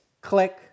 Click